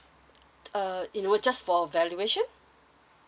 uh you know just for valuation